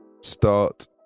start